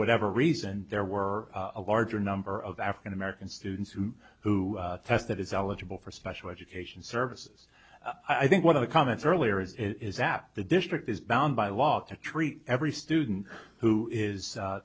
whatever reason there were a larger number of african american students who who test that is eligible for special education services i think one of the comments earlier is it is that the district is bound by law to treat every student who is